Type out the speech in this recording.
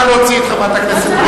לא, אני הקשבתי לדברייך.